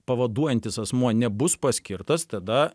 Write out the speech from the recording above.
pavaduojantis asmuo nebus paskirtas tada